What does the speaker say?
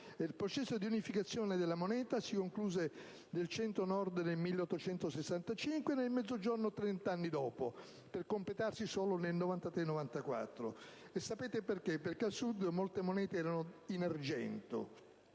Il processo di unificazione della moneta si concluse nel Centro-Nord nel 1865 e nel Mezzogiorno trent'anni dopo, per completarsi solo nel 1893-1894. Questo perché al Sud molte monete erano in argento